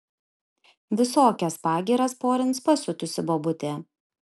visokias pagyras porins pasiutusi bobutė